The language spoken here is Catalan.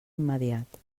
immediat